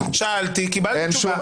שאלתי, קיבלתי תשובה.